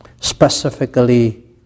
specifically